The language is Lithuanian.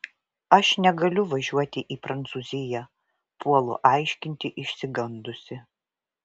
aš negaliu važiuoti į prancūziją puolu aiškinti išsigandusi